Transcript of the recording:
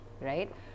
right